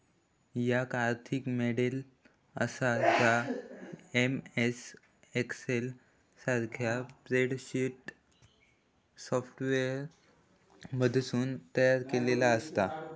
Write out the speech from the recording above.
याक आर्थिक मॉडेल आसा जा एम.एस एक्सेल सारख्या स्प्रेडशीट सॉफ्टवेअरमधसून तयार केलेला आसा